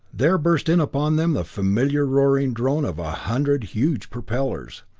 there burst in upon them the familiar roaring drone of a hundred huge propellers.